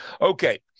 Okay